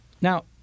Now